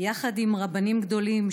יחד עם רבנים גדולים,